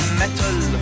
metal